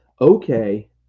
Okay